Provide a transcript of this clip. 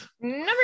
number